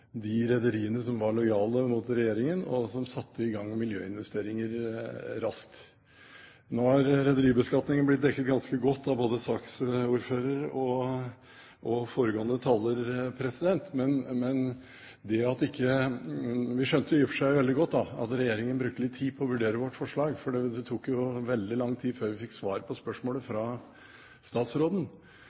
de rederiene som var lojale mot regjeringen og satte i gang miljøinvesteringer raskt. Rederibeskatningen har blitt dekket ganske godt av både saksordføreren og foregående taler. Vi skjønner i og for seg veldig godt at regjeringen brukte litt tid på å vurdere vårt forslag. Det tok veldig lang tid før vi fikk svar fra statsråden, og vi lurte på